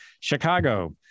Chicago